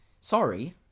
sorry